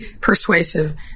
persuasive